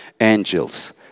angels